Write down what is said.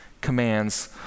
commands